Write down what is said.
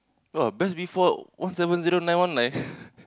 oh best before one seven zero nine one nine